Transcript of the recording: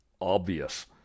obvious